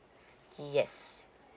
yes